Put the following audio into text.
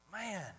Man